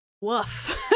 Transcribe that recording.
Woof